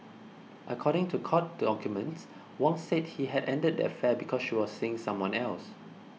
according to court documents Wong said he had ended the affair because she was seeing someone else